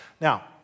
Now